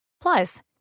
Plus